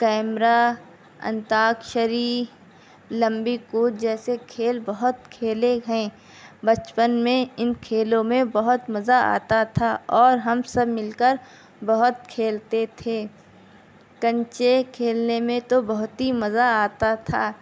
camera Antakshari لمبی کود جیسے کھیل بہت کھیلے ہیں بچپن میں ان کھیلوں بہت مزہ آتا تھا اور ہم سب مل کر بہت کھیلتے تھے کنچے کھیلنے میں تو بہت ہی مزہ آتا تھا